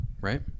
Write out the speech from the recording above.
right